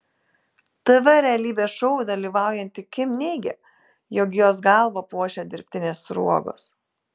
tv realybės šou dalyvaujanti kim neigia jog jos galvą puošia dirbtinės sruogos